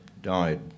died